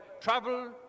travel